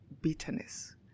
bitterness